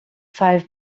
five